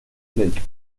lake